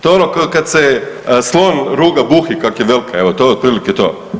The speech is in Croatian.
To je ono kad se slon ruga buhi kak je velika, evo to je otprilike to.